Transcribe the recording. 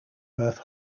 berth